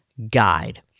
Guide